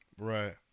Right